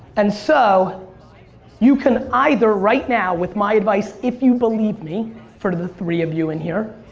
and so you can either right now with my advice if you believe me for the three of you in here,